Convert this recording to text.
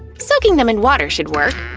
soaking them in water should work.